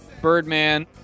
Birdman